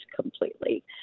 completely